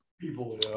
People